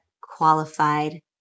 qualified